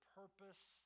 purpose